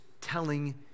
telling